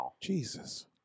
Jesus